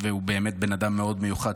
הוא באמת בן אדם מאוד מיוחד,